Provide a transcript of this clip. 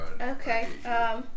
Okay